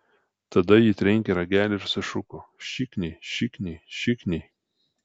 tada ji trenkė ragelį ir sušuko šikniai šikniai šikniai